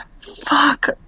fuck